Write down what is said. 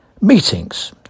Meetings